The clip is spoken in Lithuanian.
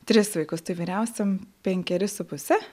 tris vaikus tai vyriausiam penkeri su puse